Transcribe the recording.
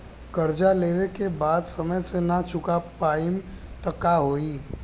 कर्जा लेला के बाद समय से ना चुका पाएम त का होई?